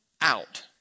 out